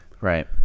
Right